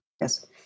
Yes